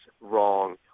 wrong